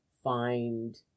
find